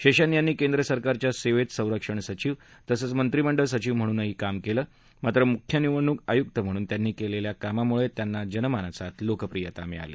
शाद्धज यांनी केंद्र सरकारच्या सद्धितसंरक्षण सचिव तसंच मंत्रिमंडळ सचिव म्हणून कार्य क्ति मात्र मुख्य निवडणूक आयुक्त म्हणून त्यांनी क्लिखि कामामुळत्यिांना जनमानसात लोकप्रियता मिळाली